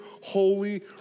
holy